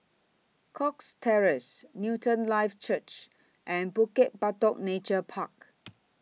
Cox Terrace Newton Life Church and Bukit Batok Nature Park